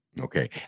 Okay